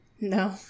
No